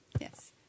Yes